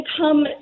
come